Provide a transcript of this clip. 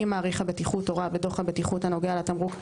אם מעריך הבטיחות הורה בדוח הבטיחות הנוגע לתמרוק,